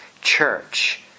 church